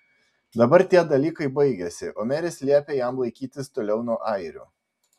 dabar tie dalykai baigėsi o meris liepė jam laikytis toliau nuo airių